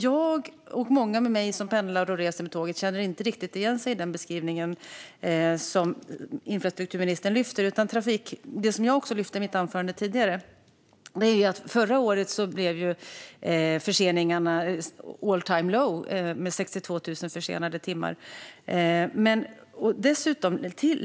Jag och många med mig som pendlar och reser med tåg känner inte riktigt igen oss i den beskrivning som infrastrukturministern ger. Jag lyfte i mitt anförande fram att förseningarna förra året nådde all-time-low, med 62 000 försenade timmar.